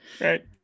right